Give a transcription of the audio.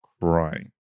crying